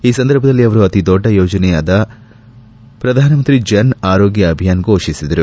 ಈ ಸಂದರ್ಭದಲ್ಲಿ ಅವರು ಅತಿ ದೊಡ್ಡ ಯೋಜನೆಯಾದ ಪ್ರಧಾನಮಂತ್ರಿ ಜನ್ ಆರೋಗ್ಯ ಅಭಿಯಾನ್ ಘೋಷಿಸಿದರು